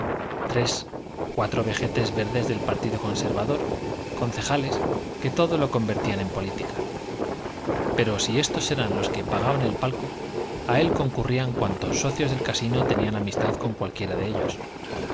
tres o cuatro vejetes verdes del partido conservador concejales que todo lo convertían en política pero si estos eran los que pagaban el palco a él concurrían cuantos socios del casino tenían amistad con cualquiera de ellos